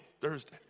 Thursday